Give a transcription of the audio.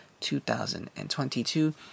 2022